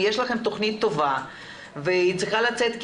אם יש לכם תוכנית טובה והיא צריכה לצאת כי